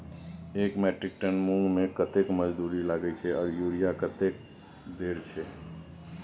एक metric tonne मूंग में कतेक मजदूरी लागे छै आर यूरिया कतेक देर छै?